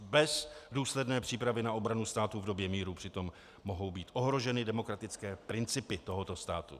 Bez důsledné přípravy na obranu státu v době míru přitom mohou být ohroženy demokratické principy tohoto státu.